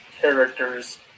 characters